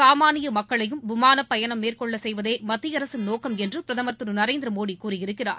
சாமானிய மக்களையும் விமானப் பயணம் மேற்கொள்ளச் செய்வதே மத்திய அரசின் நோக்கம் என்று பிரதமர் திரு நரேந்திரமோடி கூறியிருக்கிறார்